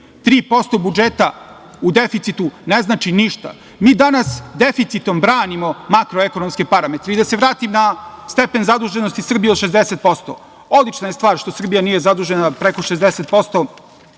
budžeta u deficitu ne znači ništa. Mi danas deficitom branimo makroekonomske parametre. Da se vratim na stepen zaduženosti Srbije od 60%, odlična je stvar što Srbija nije zadužena preko 60%,